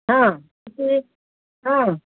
हां किती हां